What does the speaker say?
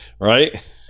right